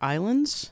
Islands